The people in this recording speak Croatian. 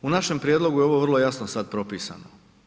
U našem prijedlogu je ovo vrlo jasno sad propisano.